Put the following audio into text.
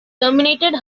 terminated